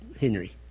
Henry